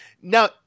now